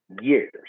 years